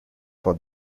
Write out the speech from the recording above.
for